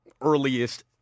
earliest